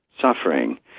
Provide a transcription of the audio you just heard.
suffering